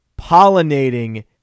pollinating